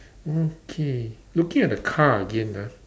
okay looking at the car again ah